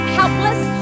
helpless